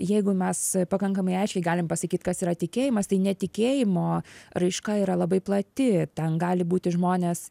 jeigu mes pakankamai aiškiai galim pasakyt kas yra tikėjimas tai netikėjimo raiška yra labai plati ten gali būti žmonės